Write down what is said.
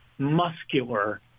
muscular